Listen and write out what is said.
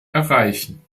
erreichen